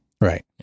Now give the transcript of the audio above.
Right